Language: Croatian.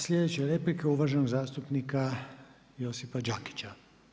Sljedeća replika uvaženog zastupnika Josipa Đakića.